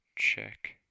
check